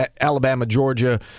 Alabama-Georgia